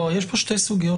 יש פה שתי סוגיות